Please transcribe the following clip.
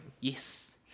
yes